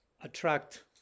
attract